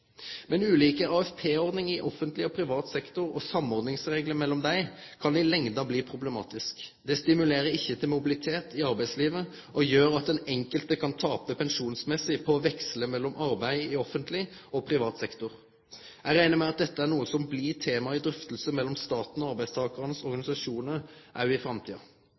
Men ulike AFP-ordningar i offentleg og privat sektor og samordningsreglar mellom dei kan i lengda bli problematiske. Det stimulerer ikkje til mobilitet i arbeidslivet og gjer at den enkelte kan tape pensjonsmessig på å veksle mellom arbeid i offentleg og privat sektor. Eg reknar med at dette er noko som blir tema i drøftingar mellom staten og arbeidstakarane sine organisasjonar òg i framtida.